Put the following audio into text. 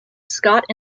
scott